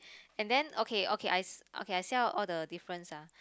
and then okay okay I okay I say out all the difference ah